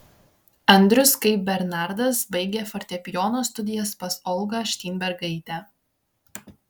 andrius kaip bernardas baigė fortepijono studijas pas olgą šteinbergaitę